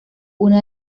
una